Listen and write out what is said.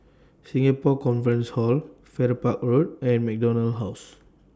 Singapore Conference Hall Farrer Park Road and MacDonald House